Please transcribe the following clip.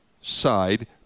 side